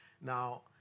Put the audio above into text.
now